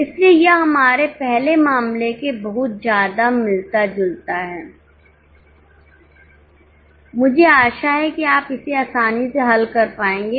इसलिए यह हमारे पहले मामले के बहुत ज्यादा मिलता जुलता है मुझे आशा है कि आप इसे आसानी से हल कर पाएंगे